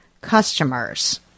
customers